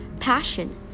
passion